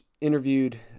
interviewed